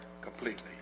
completely